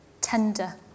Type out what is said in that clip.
tender